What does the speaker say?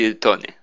Tony